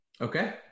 Okay